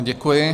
Děkuji.